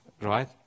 right